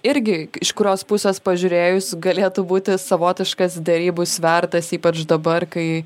irgi iš kurios pusės pažiūrėjus galėtų būti savotiškas derybų svertas ypač dabar kai